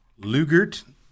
Lugert